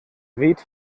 weht